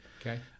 okay